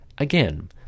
Again